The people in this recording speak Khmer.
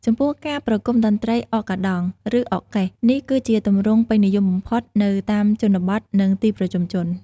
ចំពោះ ការប្រគំតន្ត្រីអកកាដង់ ឬអកកេះ នេះគឺជាទម្រង់ពេញនិយមបំផុតនៅតាមជនបទ និងទីប្រជុំជន។